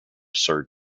sir